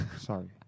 Sorry